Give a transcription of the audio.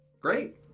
Great